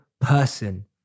person